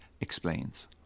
explains